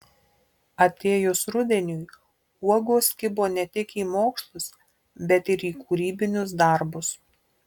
atėjus rudeniui uogos kibo ne tik į mokslus bet ir į kūrybinius darbus